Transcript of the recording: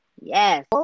Yes